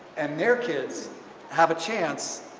and their kids have a chance,